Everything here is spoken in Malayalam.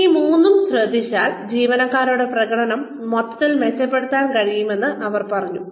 അതിനാൽ ഈ മൂന്നും ശ്രദ്ധിച്ചാൽ ജീവനക്കാരുടെ പ്രകടനം മൊത്തത്തിൽ മെച്ചപ്പെടുത്താൻ കഴിയുമെന്ന് അവർ പറഞ്ഞു